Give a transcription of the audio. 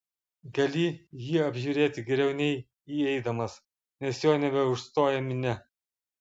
gali jį apžiūrėti geriau nei įeidamas nes jo nebeužstoja minia